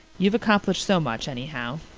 you've accomplished so much anyhow.